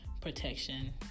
protection